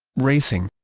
racing